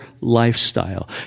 lifestyle